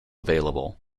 available